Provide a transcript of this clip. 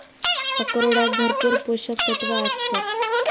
अक्रोडांत भरपूर पोशक तत्वा आसतत